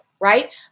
right